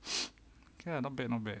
okay lah not bad not bad